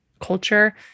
culture